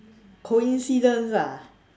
coincidence ah